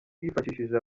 wifashishije